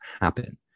happen